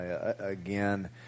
again